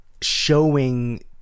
showing